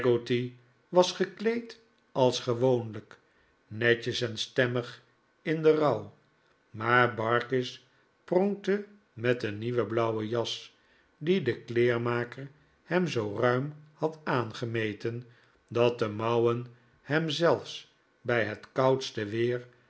was gekleed als gewoonlijk peggotty's trouwdag netjes en stemmig in den rouw maar barkis pronkte met een nieuwe blauwe jas die de kleermaker hem zoo ruim had aangemeten dat de mouwen hem zelfs bij het koudste weer